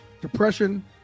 Depression